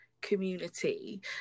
community